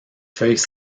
feuilles